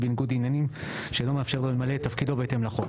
בניגוד עניינים שלא מאפשר לו למלא את תפקידו בניגוד לחוק'.